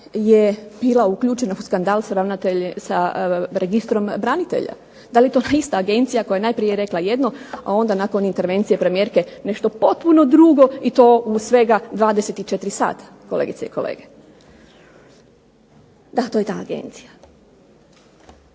je bila uključena u skandal sa registrom branitelja. Da li je to ona ista agencija koja je najprije rekla jedno, a onda nakon intervencije premijerke nešto potpuno drugo i to u svega 24 sata kolegice i kolege. Da, to je ta agencija.